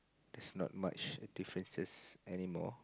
there's not much differences anymore